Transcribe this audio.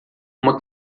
uma